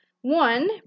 one